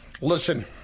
Listen